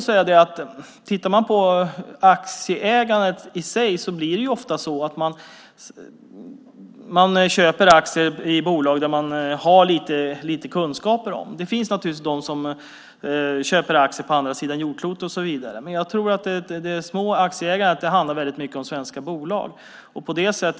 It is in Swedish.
När det gäller aktieägandet i sig blir det ofta så att man köper aktier i bolag som man har lite kunskap om. Det finns naturligtvis de som köper aktier på andra sidan jordklotet, men jag tror att det lilla aktieägandet mycket handlar om svenska bolag.